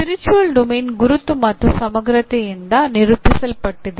spiritual domain ಗುರುತು ಮತ್ತು ಸಮಗ್ರತೆಯಿಂದ ನಿರೂಪಿಸಲ್ಪಟ್ಟಿದೆ